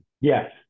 Yes